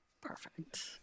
Perfect